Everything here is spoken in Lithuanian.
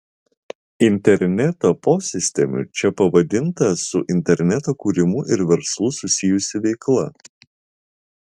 interneto posistemiu čia pavadinta su interneto kūrimu ir verslu susijusi veikla